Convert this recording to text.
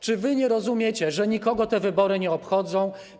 Czy wy nie rozumiecie, że nikogo te wybory nie obchodzą?